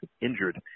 injured